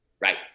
Right